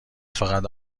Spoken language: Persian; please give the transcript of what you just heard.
فقط